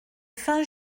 fin